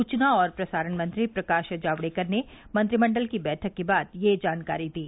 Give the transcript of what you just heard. सूचना और प्रसारण मंत्री प्रकाश जावड़ेकर ने मंत्रिमंडल की बैठक के बाद यह जानकारी दी